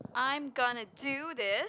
I'm gonna do this